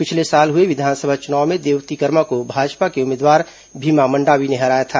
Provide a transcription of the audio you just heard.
पिछले साल हुए विधानसभा चुनाव में देवती कर्मा को भाजपा के उम्मीदवार भीमा मंडावी ने हराया था